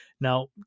Now